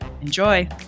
Enjoy